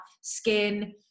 skin